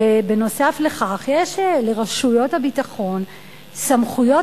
שנוסף על כך יש לרשויות הביטחון סמכויות